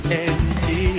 empty